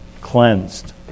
cleansed